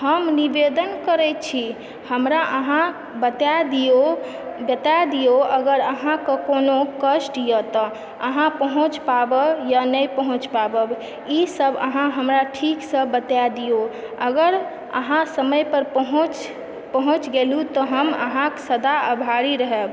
हम निवेदन करै छी हमरा अहाँ बताए दियौ बताए दियौ अगर अहाँके कोनो कष्ट य तऽ अहाँ पहुँच पायब या नै पहुँच पायब ई सब अहाँ हमरा ठीकसऽ बताए दियौ अगर अहाँ समयपर पहुँच पहुँच गेलूँ तऽ हम अहाँक सदा आभारी रहब